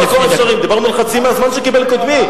דיברנו על חצי מהזמן שקיבל קודמי.